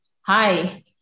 Hi